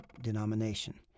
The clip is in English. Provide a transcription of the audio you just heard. denomination